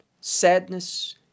sadness